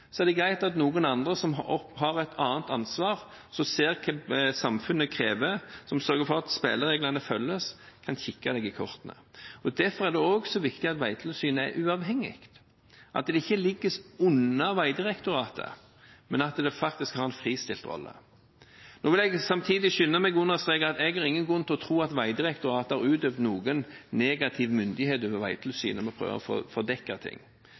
er det greit at noen andre som har et annet ansvar, som ser hva samfunnet krever, som sørger for at spillereglene følges, kan kikke en i kortene. Derfor er det også så viktig at Vegtilsynet er uavhengig, at det ikke ligger under Vegdirektoratet, men at det faktisk kan ha en fristilt rolle. Nå vil jeg samtidig skynde meg og understreke at det er ingen grunn til å tro at Vegdirektoratet har utøvd noen negativ myndighet overfor Vegtilsynet med å prøve å fordekke ting. Men det handler likevel om å få